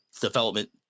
development